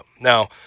Now